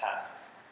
tasks